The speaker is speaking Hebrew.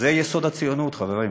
זה יסוד הציונות, חברים: